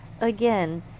again